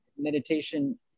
meditation